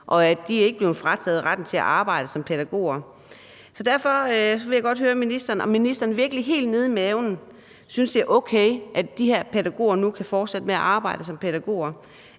og at de ikke er blevet frataget retten til at arbejde som pædagoger. Så derfor vil jeg godt høre ministeren, om ministeren virkelig helt nede i maven synes, det er okay, at de her pædagoger nu kan fortsætte med at arbejde som pædagoger